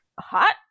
hot